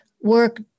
work